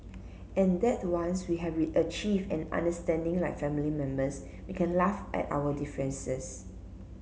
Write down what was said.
and that once we have achieved an understanding like family members we can laugh at our differences